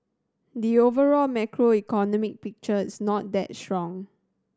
the overall macroeconomic picture is not that strong